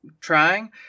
trying